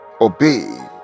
obey